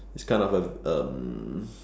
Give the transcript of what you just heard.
is kind of a um